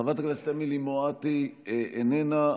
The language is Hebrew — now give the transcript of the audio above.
חברת הכנסת אמילי מואטי, איננה,